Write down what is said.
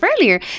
earlier